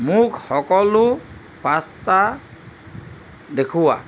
মোক সকলো পাস্তা দেখুওৱা